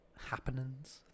happenings